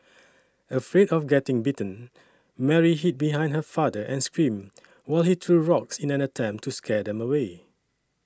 afraid of getting bitten Mary hid behind her father and screamed while he threw rocks in an attempt to scare them away